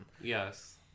Yes